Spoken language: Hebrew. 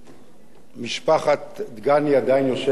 משפחת דגני עדיין יושבת שבעה.